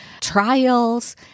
trials